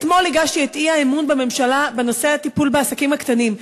אתמול הגשתי הצעת אי-אמון בממשלה בנושא הטיפול בעסקים הקטנים.